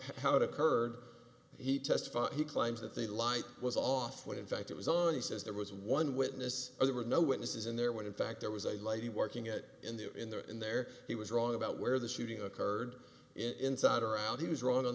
how it occurred he testified he claims that the light was off when in fact it was on he says there was one witness or there were no witnesses in there when in fact there was a lady working it in the in the in there he was wrong about where the shooting occurred in sat around he was wrong